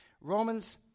Romans